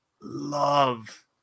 love